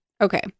Okay